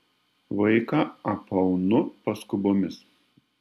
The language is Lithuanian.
vaiką apaunu paskubomis